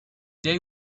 day